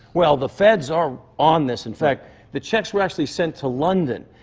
well, the feds are on this. in fact the checks were actually sent to london,